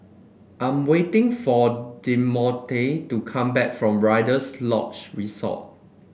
I'm waiting for Demonte to come back from Rider's Lodge Resort